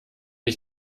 ich